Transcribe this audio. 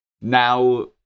now